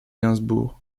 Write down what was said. gainsbourg